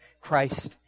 Christ